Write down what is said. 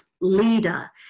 leader